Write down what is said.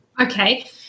Okay